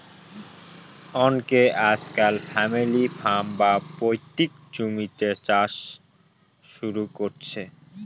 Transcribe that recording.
অনকে আজকাল family farm, বা পৈতৃক জমিতে চাষ শুরু করেছে